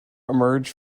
emerge